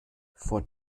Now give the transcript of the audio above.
vor